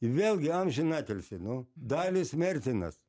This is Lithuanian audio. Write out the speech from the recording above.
vėlgi amžinatilsį nu dalius mertinas